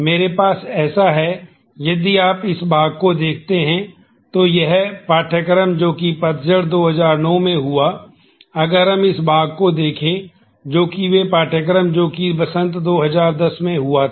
मेरे पास ऐसा है यदि आप इस भाग को देखते हैं तो यह पाठ्यक्रम जोकि पतझड़ 2009 में हुआ अगर हम इस भाग को देखें जो कि वे पाठ्यक्रम जोकि वसंत 2010 में हुआ था